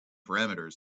parameters